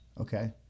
Okay